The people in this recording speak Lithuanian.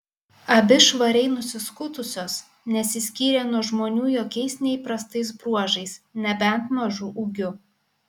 abi švariai nusiskutusios nesiskyrė nuo žmonių jokiais neįprastais bruožais nebent mažu ūgiu